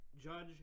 Judge